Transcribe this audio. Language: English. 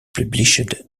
published